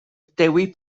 dewi